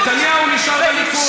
אבל נתניהו נשאר בליכוד,